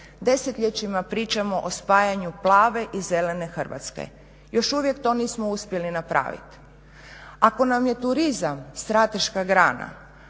Desetljećima pričamo o spajanju plave i zelene Hrvatske. Još uvijek to nismo uspjeli napraviti. Ako nam je turizam strateška grana,